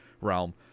realm